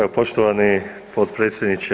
Evo poštovani potpredsjedniče.